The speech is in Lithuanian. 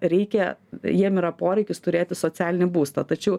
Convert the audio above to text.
reikia jiem yra poreikis turėti socialinį būstą tačiau